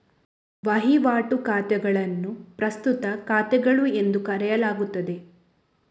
ವಹಿವಾಟು ಖಾತೆಗಳನ್ನು ಪ್ರಸ್ತುತ ಖಾತೆಗಳು ಎಂದು ಕರೆಯಲಾಗುತ್ತದೆ